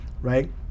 right